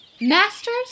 Masters